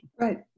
Right